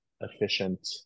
efficient